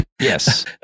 Yes